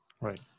Right